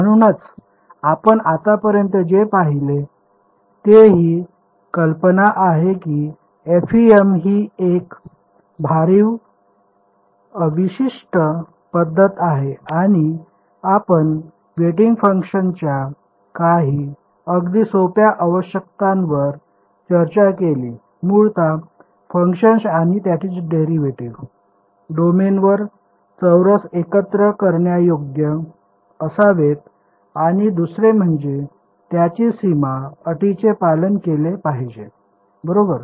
म्हणूनच आपण आतापर्यंत जे पाहिले ते ही कल्पना आहे की FEM ही एक भारित अवशिष्ट पद्धत आहे आणि आपण वेटिंग फंक्शनच्या काही अगदी सोप्या आवश्यकतांवर चर्चा केली मुळात फंक्शन्स आणि त्यांचे डेरिव्हेटीव्ह डोमेनवर चौरस एकत्र करण्यायोग्य असावेत आणि दुसरे म्हणजे त्यांनी सीमा अटींचे पालन केले पाहिजे बरोबर